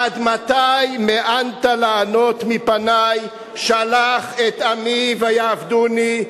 עד מתי מאנת לענֹת מפני שלח עמי ויעבדֻני".